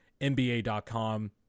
NBA.com